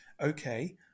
Okay